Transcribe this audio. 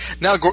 Now